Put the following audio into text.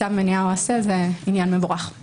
צו מניעה או עשה זה עניין מבורך.